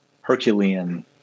Herculean